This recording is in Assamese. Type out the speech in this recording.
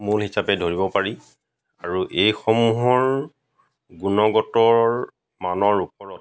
মূল হিচাপে ধৰিব পাৰি আৰু এইসমূহৰ গুণগতৰ মানৰ ওপৰত